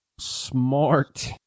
smart